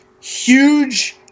Huge